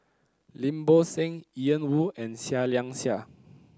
Lim Bo Seng Ian Woo and Seah Liang Seah